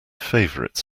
favourite